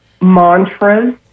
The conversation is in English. mantras